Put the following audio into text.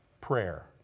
Prayer